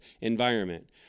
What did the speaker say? environment